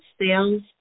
sales